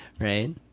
Right